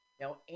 now